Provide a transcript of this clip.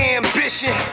ambition